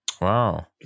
Wow